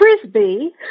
Frisbee